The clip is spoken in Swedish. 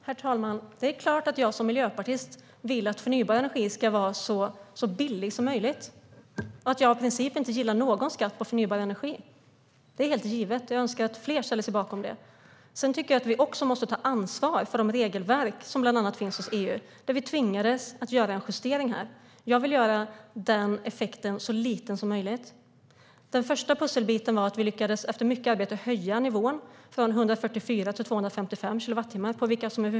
Herr talman! Det är klart att jag som miljöpartist vill att förnybar energi ska vara så billig som möjligt och att jag av princip inte gillar någon skatt på förnybar energi. Det är helt givet, och jag önskar att fler ställer sig bakom det. Vi måste ta ansvar för de regelverk som finns hos EU och som tvingade oss att göra en justering. Jag vill göra den effekten så liten som möjligt. Den första pusselbiten var att vi efter mycket arbete lyckades höja nivån på dem som påverkas från 144 till 255 kilowattimmar.